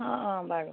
অঁ অঁ বাৰু